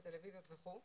טלוויזיות וכו',